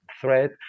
thread